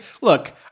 look